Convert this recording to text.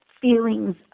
feelings